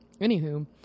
Anywho